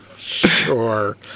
Sure